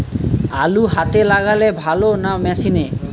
আলু হাতে লাগালে ভালো না মেশিনে?